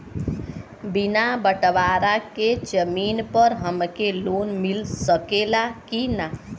बिना बटवारा के जमीन पर हमके लोन मिल सकेला की ना?